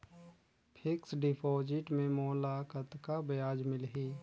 Fixed deposit मे मोला कतका ब्याज मिलही?